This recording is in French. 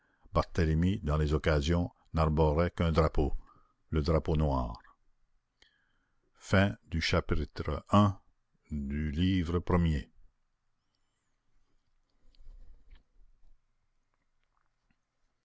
barthélemy dans les occasions n'arborait qu'un drapeau le drapeau noir chapitre ii